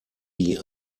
die